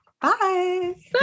Bye